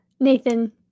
Nathan